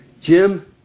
Jim